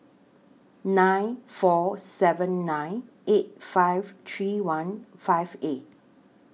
nine four seven nine eight five three one five eight